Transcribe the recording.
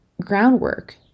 groundwork